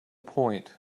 point